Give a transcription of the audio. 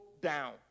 down